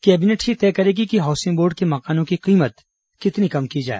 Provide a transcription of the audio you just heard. cabinet ही तय करेगी कि हाउसिंग बोर्ड के मकानों की कीमत कितनी कम की जाए